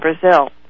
Brazil